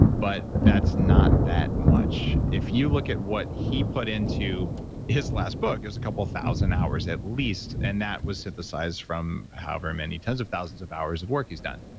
but that's not that much if you look at what he put into his last book, it was a couple of thousand hours at least, and that was synthesized from however many tens of thousands of hours of work he's done.